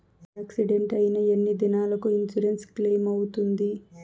Accident అయిన ఎన్ని దినాలకు ఇన్సూరెన్సు క్లెయిమ్ అవుతుంది?